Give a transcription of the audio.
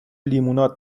لیموناد